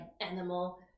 animal